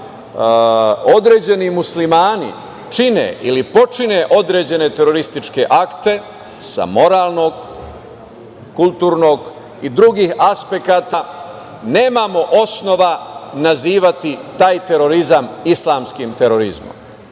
određeni Muslimani čine ili počine određene terorističke akte sa moralnog, kulturnog i drugih aspekata nemamo osnova nazivati taj terorizam islamskim terorizmom,